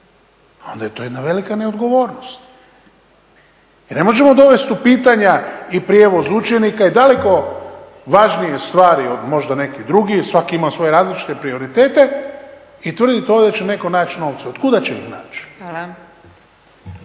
onda je to jedna velika neodgovornost. I ne možemo dovesti u pitanja i prijevoz učenika i daleko važnije stvari od možda nekih drugih, svatko ima svoje različite prioritete i tvrditi ovdje da će netko naći novce. Otkuda će ih naći?